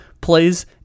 plays